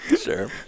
Sure